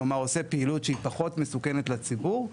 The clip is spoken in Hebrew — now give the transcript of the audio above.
כלומר עושה פעילות שהיא פחות מסוכנת לציבור,